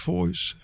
Voice